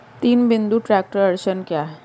तीन बिंदु ट्रैक्टर अड़चन क्या है?